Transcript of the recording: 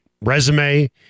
resume